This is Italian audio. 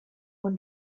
con